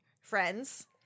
friends